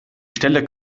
stelle